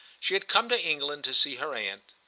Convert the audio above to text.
she had come to england to see her aunt,